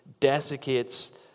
desiccates